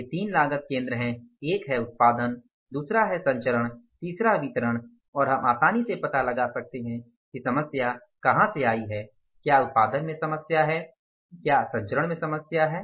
ये तीन लागत केंद्र हैं एक है उत्पादन दूसरा है संचरण तीसरा वितरण है और हम आसानी से पता लगा सकते हैं कि समस्या कहां से आयी है क्या उत्पादन में समस्या है या क्या संचरण में समस्या है